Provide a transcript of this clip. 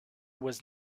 was